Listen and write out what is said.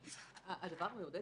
הדבר המעודד,